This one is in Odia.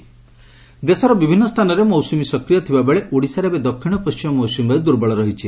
ପାଣିପାଗ ଦେଶର ବିଭିନ୍ମ ସ୍ଥାନରେ ମୌସୁମୀ ସକ୍ରିୟ ଥିବାବେଳେ ଓଡ଼ିଶାରେ ଏବେ ଦକ୍ଷିଣ ପଣ୍କିମ ମୌସୁମୀବାୟୁ ଦୁର୍ବଳ ରହିଛି